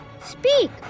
Speak